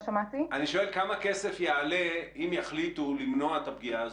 כמה כסף יעלה אם יחליטו למנוע את הפגיעה הזאת?